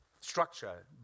structure